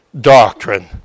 doctrine